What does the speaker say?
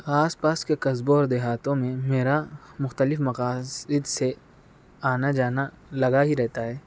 آس پاس کے قصبوں اور دیہاتوں میں میرا مختلف مقاصد سے آنا جانا لگا ہی رہتا ہے